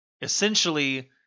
essentially